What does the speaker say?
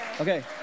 Okay